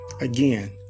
Again